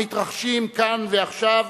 המתרחשים כאן ועכשיו,